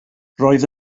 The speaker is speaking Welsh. roedd